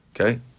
Okay